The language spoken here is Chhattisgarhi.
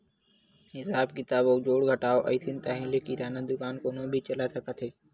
हिसाब किताब अउ जोड़ घटाव अइस ताहाँले किराना दुकान कोनो भी चला सकत हे